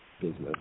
business